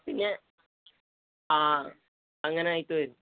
പിന്നെ ആ അങ്ങനെയായിട്ട് വരും